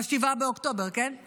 ב-7 באוקטובר, כן?